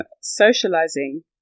socializing